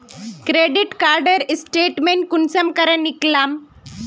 Credit कार्डेर statement कुंसम करे निकलाम?